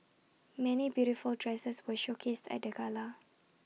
many beautiful dresses were showcased at the gala